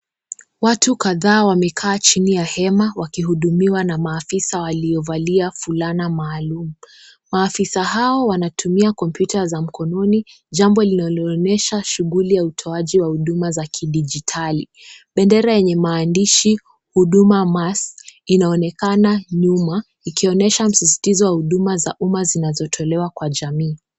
Watu kadhaa wamekaa chini ya hema, wakihudumiwa na maafisa waliovalia vulana maalum. Maafisa hao wanatumia kompyuta za mkononi, jambo linalo onyesha shughuli ya utoaji wa huduma za kijiditali. Bendera yenye maandishi huduma mass , inaonekana nyuma ikionesha sisi tisho la huduma zinazo tolewa kwa jamii.